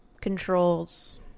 controls